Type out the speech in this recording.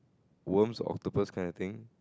worms octopus kind of thing